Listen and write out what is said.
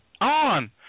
on